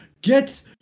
get